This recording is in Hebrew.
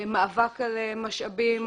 מאבק על משאבים,